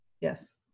yes